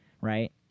right